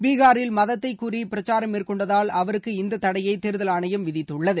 பீகாரில் மதத்தை கூறி பிரச்சாரம் மேற்கொண்டதால் அவருக்கு இந்த தடையை தேர்தல் ஆணையம் விதித்துள்ளது